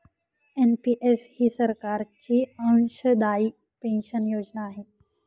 NPS ही सरकारची अंशदायी पेन्शन योजना आहे